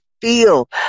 feel